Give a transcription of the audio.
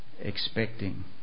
expecting